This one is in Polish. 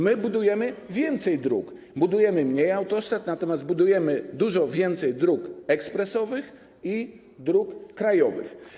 My budujemy więcej dróg, budujemy mniej autostrad, natomiast budujemy dużo więcej dróg ekspresowych i dróg krajowych.